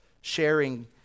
sharing